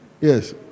yes